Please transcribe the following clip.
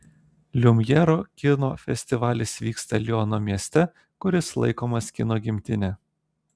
liumjero kino festivalis vyksta liono mieste kuris laikomas kino gimtine